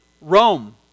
Rome